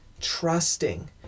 trusting